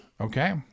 Okay